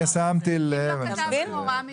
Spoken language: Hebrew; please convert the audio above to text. אם לא כתבנו הוראה מיוחדת,